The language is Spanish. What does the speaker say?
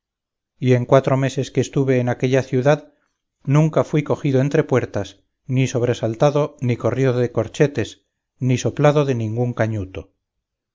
y en cuatro meses que estuve en aquella ciudad nunca fui cogido entre puertas ni sobresaltado ni corrido de corchetes ni soplado de ningún cañuto